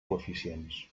coeficients